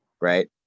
right